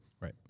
Right